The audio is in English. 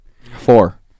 Four